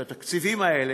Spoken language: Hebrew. את התקציבים האלה,